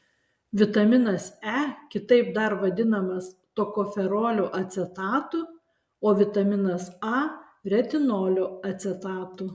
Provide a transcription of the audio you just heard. vitaminas e kitaip dar vadinamas tokoferolio acetatu o vitaminas a retinolio acetatu